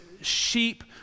sheep